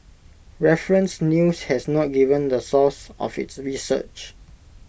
Reference news has not given the source of its research